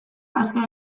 hazka